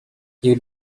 you